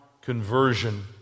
conversion